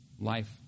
life